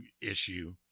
issue